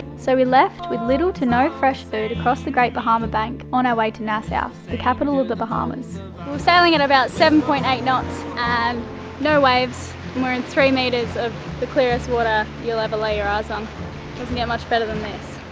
so we left with little to no fresh food across the great bahama bank on our way to nassau yeah the capital of the bahamas. we're sailing at and about seven point eight knots, and um no waves, we're in three metres of the clearest water you'll ever lay your eyes on. doesn't get much better than this.